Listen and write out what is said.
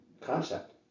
concept